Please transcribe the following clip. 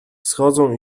schodzą